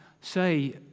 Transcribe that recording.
say